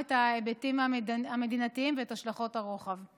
את ההיבטים המדינתיים ואת השלכות הרוחב.